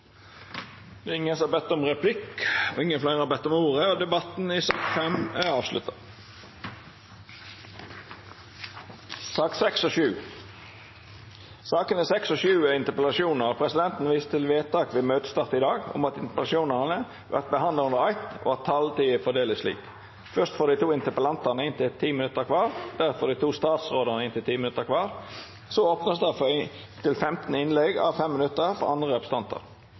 har ikkje bedt om ordet til sak nr. 5. Sakene nr. 6 og 7 vil verta handsama under eitt. Sakene 6 og 7 er interpellasjonar, og presidenten viser til vedtak ved møtestart i dag om at interpellasjonane vil verta behandla under eitt, og at taletida vert fordelt slik: Først får dei to interpellantane inntil 10 minutt kvar. Deretter får dei to statsrådane inntil 10 minutt kvar. Så vert det opna for inntil 15 innlegg à 5 minutt frå andre representantar.